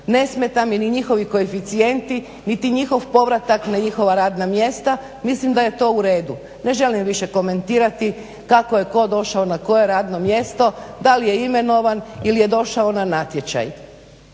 ne smeta mi ni njihovi koeficijenti, niti njihov povratak na njihova radna mjesta. Mislim da je to u redu. Ne želim više komentirati kako je tko došao na koje radno mjesto, da li je imenovan ili je došao na natječaj.